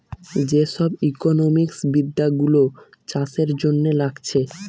যে সব ইকোনোমিক্স বিদ্যা গুলো চাষের জন্যে লাগছে